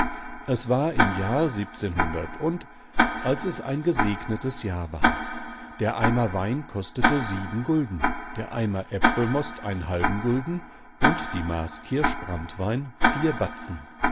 es war im jahre und als es ein gesegnetes jahr war der eimer wein kostete sieben gulden der eimer apfelmost einen halben gulden und die maß kirschbranntwein vier batzen